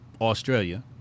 Australia